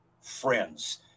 friends